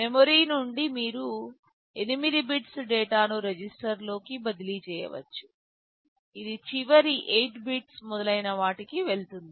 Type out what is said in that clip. memory నుండి మీరు 8 bits డేటాను రిజిస్టర్లోకి బదిలీ చేయవచ్చు ఇది చివరి 8 బిట్స్ మొదలైన వాటికి వెళుతుంది